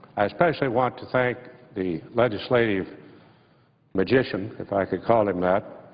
i especially want to thank the legislative magician, if i could call him that,